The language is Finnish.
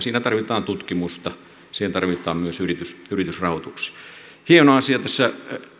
siinä tarvitaan tutkimusta siihen tarvitaan myös yritysrahoituksia hieno asia on että tässä